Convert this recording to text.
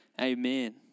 amen